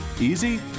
easy